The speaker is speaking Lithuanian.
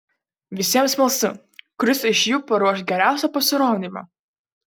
visiems smalsu kuris iš jų paruoš geriausią pasirodymą